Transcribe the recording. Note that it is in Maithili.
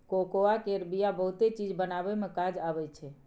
कोकोआ केर बिया बहुते चीज बनाबइ मे काज आबइ छै